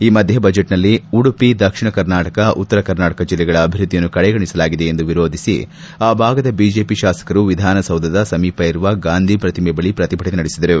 ಈ ಮಧ್ಯೆ ಬಜೆಟ್ನಲ್ಲಿ ಉಡುಪಿ ದಕ್ಷಿಣ ಕರ್ನಾಟಕ ಉತ್ತರ ಕನ್ನಡ ಜಿಲ್ಲೆಗಳ ಅಭಿವೃದ್ಧಿಯನ್ನು ಕಡೆಗಣಿಸಲಾಗಿದೆ ಎಂದು ವಿರೋಧಿಸಿ ಆ ಭಾಗದ ಬಿಜೆಪಿ ಶಾಸಕರು ವಿಧಾನಸೌಧದ ಸಮೀಪ ಇರುವ ಗಾಂಧಿ ಪ್ರತಿಮೆ ಬಳಿ ಪ್ರತಿಭಟನೆ ನಡೆಸಿದರು